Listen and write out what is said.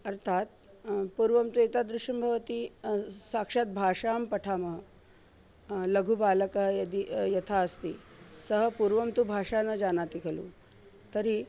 अर्थात् पूर्वं तु एतादृशं भवति साक्षात् भाषां पठामः लघुबालकः यदि यथा अस्ति सः पूर्वं तु भाषा न जानाति खलु तर्हि